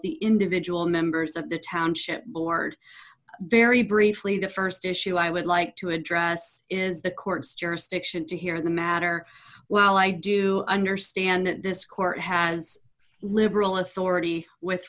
the individual members of the township board very briefly the st issue i would like to address is the court's jurisdiction to hear the matter well i do understand that this court has liberal authority with